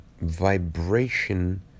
vibration